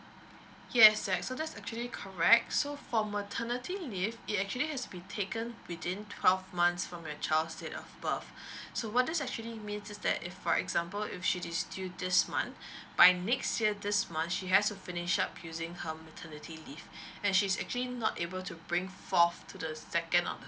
yes zack so that's actually correct so for maternity leave it actually has been taken within twelve months from your child's date of birth so what this actually means is that if for example if she is due this month by next year this month she has to finish up using her maternity leave and she's actually not able to bring forth to the second or the